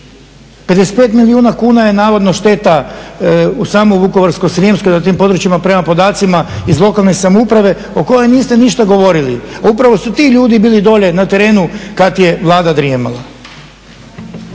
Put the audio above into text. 55 milijuna kuna je navodno šteta samo u Vukovarsko-srijemskoj, na tim područjima prema podacima iz lokalne samouprave o kojoj niste ništa govorili. A upravo su ti ljudi bili dolje na terenu kad je Vlada drijemala.